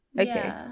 Okay